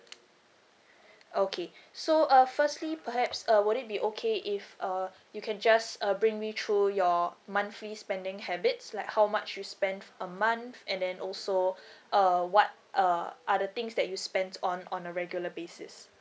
okay so uh firstly perhaps uh will it be okay if uh you can just uh bring me through your monthly spending habits like how much you spent a month and then also uh what uh other things that you spent on on a regular basis